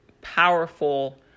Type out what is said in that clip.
powerful